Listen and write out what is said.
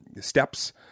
steps